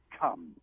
come